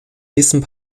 diesem